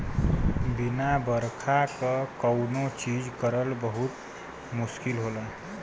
बिना बरखा क कौनो चीज करल बहुत मुस्किल होला